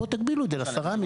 בואו תגבילו את זה לעשרה ימים.